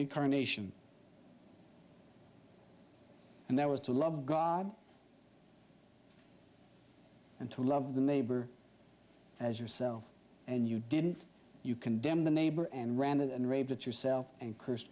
carnation and that was to love god and to love the neighbor as yourself and you didn't you condemn the neighbor and ranted and raved at yourself and c